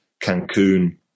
cancun